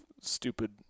stupid